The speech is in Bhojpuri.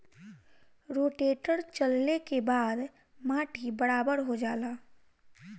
रोटेटर चलले के बाद माटी बराबर हो जाला